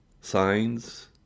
signs